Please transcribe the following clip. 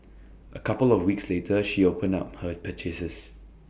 A couple of weeks later she opened up her purchases